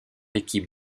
équipes